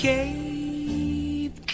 Cape